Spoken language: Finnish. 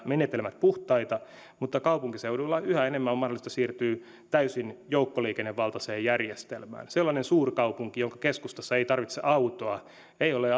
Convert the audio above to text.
menetelmät puhtaita mutta kaupunkiseuduilla yhä enemmän on mahdollista siirtyä täysin joukkoliikennevaltaiseen järjestelmään sellainen suurkaupunki jonka keskustassa ei tarvitse autoa ei ole